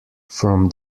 from